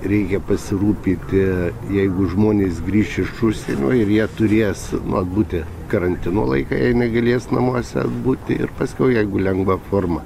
reikia pasirūpinti jeigu žmonės grįš iš užsienio ir jie turės nu atbūti karantino laiką ir negalės namuose būti ir paskiau jeigu lengva forma